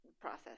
process